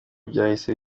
byahise